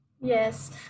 Yes